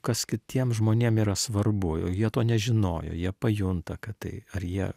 kas kitiem žmonėm yra svarbu o jie to nežinojo jie pajunta kad tai ar jie